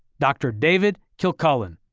dr. david kilcullen.